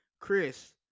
Chris